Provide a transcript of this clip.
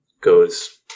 goes